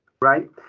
right